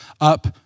up